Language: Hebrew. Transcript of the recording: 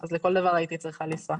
אז לכל דבר הייתי צריכה לנסוע.